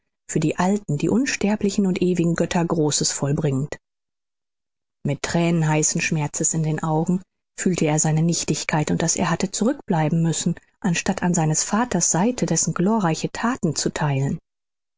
für die alten die unsterblichen und ewigen götter großes vollbringend mit thränen heißen schmerzes in den augen fühlte er seine nichtigkeit und daß er hatte zurückbleiben müssen anstatt an seines vaters seite dessen glorreiche thaten zu theilen